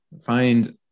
Find